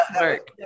work